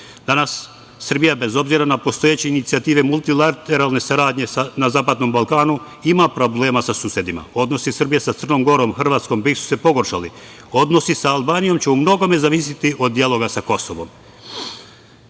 Danas Srbija bez obzira na postojeće inicijative multilateralne saradnje na zapadnom Balkanu ima problema sa susedima. Odnosi Srbije sa Crnom Gorom, Hrvatskom već su se pogoršali. Odnosi sa Albanijom će u mnogome zavisiti od dijaloga sa Kosovom. Srbija